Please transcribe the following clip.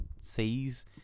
Seas